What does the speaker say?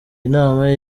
nama